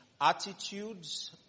attitudes